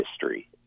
history